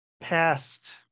past